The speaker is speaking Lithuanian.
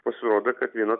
pasirodė kad viena